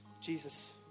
Jesus